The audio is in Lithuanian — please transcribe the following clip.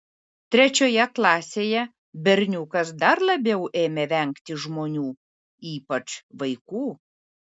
trečioje klasėje berniukas dar labiau ėmė vengti žmonių ypač vaikų